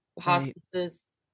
hospices-